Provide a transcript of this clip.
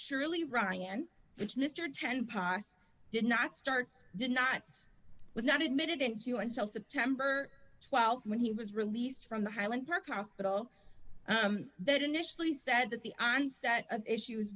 surely ryan which mr ten passed did not start did not was not admitted into until september th when he was released from the highland park hospital that initially said that the onset of issues